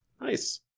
Nice